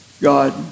God